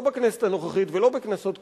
לא בכנסת הנוכחית ולא בכנסות קודמות,